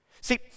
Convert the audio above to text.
See